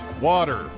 water